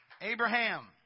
Abraham